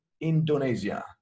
Indonesia